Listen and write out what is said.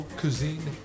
cuisine